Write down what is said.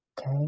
okay